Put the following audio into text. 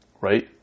right